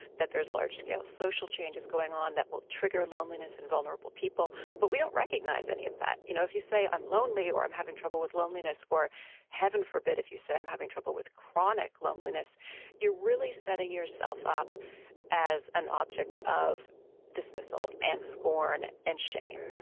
that there's large scale social changes going on that will trigger loneliness in vulnerable people but we don't recognise any of that. you know if you say i'm lonely or i'm having trouble with loneliness or heaven forbid if you say you're having trouble with chronic loneliness you're really setting yourself up as an object of dismissal and scorn and shame.